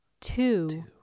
Two